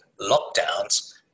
lockdowns